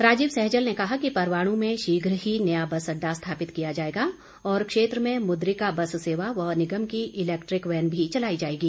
राजीव सहजल ने कहा कि परवाणू में शीघ ही नया बस अड्डा स्थापित किया जाएगा और क्षेत्र में मुद्रिका बस सेवा व निगम की इलैक्ट्रिक वैन भी चलाई जाएगी